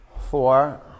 four